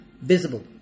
visible